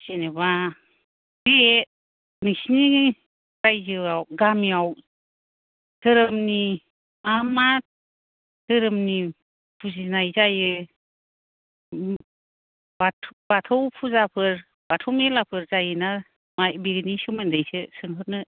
जेनेबा बे नोंसोरनि रायजोआव गामियाव धोरोमनि मा मा धोरोमनि फुजिनाय जायो बाथौ फुजाफोर बाथौ मेलाफोर जायोना मा बेनि सोमोन्दै एसे सोंहरनो